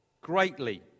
greatly